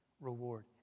reward